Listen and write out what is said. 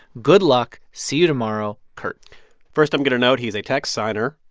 good luck. see you tomorrow. kurt first i'm going to note, he is a text signer,